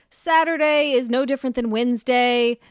saturday is no different than wednesday.